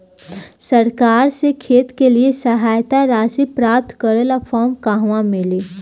सरकार से खेत के लिए सहायता राशि प्राप्त करे ला फार्म कहवा मिली?